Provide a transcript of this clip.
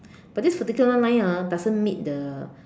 but this vertical line ah doesn't meet the